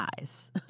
eyes